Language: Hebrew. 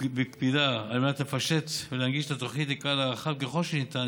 בקפידה על מנת לפשט ולהנגיש את התוכנית לקהל רחב ככל שניתן,